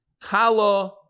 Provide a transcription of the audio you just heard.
Kala